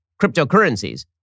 cryptocurrencies